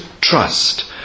trust